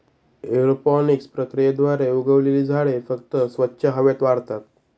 aeroponics प्रक्रियेद्वारे उगवलेली झाडे फक्त स्वच्छ हवेत वाढतात